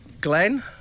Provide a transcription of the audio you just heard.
Glenn